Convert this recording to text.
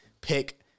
pick